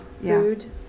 food